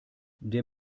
der